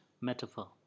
metaphor